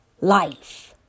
life